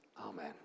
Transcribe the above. Amen